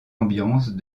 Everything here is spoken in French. ambiance